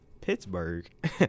Pittsburgh